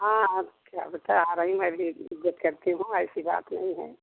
हाँ हाँ कि अब तो आ रही मैं भी वेट करती हूँ ऐसी बात नहीं है